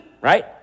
right